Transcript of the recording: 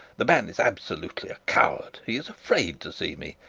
the man is absolutely a coward. he is afraid to see me.